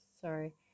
sorry